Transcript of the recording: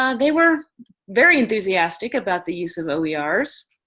um they were very enthusiastic about the use of only oers.